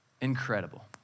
Incredible